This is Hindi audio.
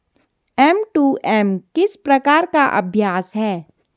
एम.टू.एम किस प्रकार का अभ्यास है?